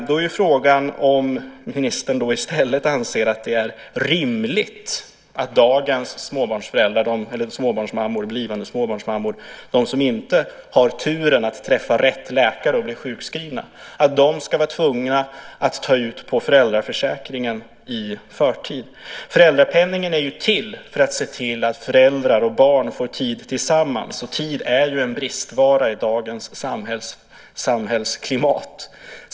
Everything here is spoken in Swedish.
Då är frågan om ministern i stället anser att det är rimligt att blivande småbarnsmammor, de som inte har turen att träffa rätt läkare och bli sjukskrivna, ska vara tvungna att ta ut på föräldraförsäkringen i förtid. Föräldrapenningen är ju till för att se till att föräldrar och barn får tid tillsammans, och tid är en bristvara i dagens samhälle.